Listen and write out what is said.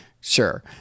sure